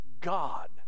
God